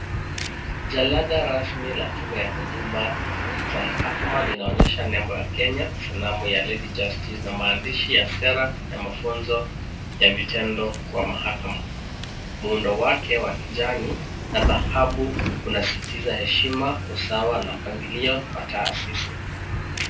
Jalada rasmi la tume la mahakama linaonyesha nembo ya Kenya, sanamu ya Lady Justice, lina maandishiya sela na mafunzo ya vitendo kwa mahakama, muundo wake wa kijani na dhahabu unasisitiza heshima na usawa na mpangilio wa taasisi.